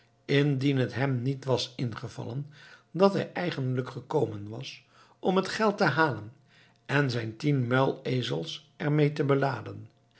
indien het hem niet was ingevallen dat hij eigenlijk gekomen was om het geld te halen en zijn tien muilezels er mee te beladen